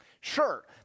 Sure